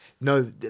No